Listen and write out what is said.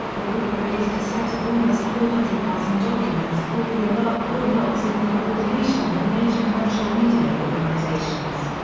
the group released a set of almost four hundred thousand documents called the iraq war logs in coordination with major commercial media organisations.